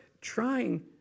trying